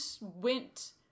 went